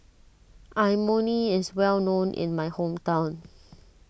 Imoni is well known in my hometown